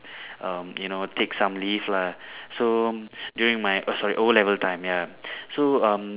um you know take some leave lah so during my oh sorry O-level time ya so um